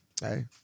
Hey